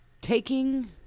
taking